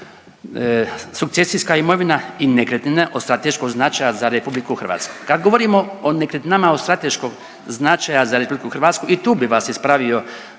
sukcesijska imovina i nekretnine od strateškog značaja za RH. Kad govorimo o nekretninama od strateškog značaja za RH i tu bi vas ispravio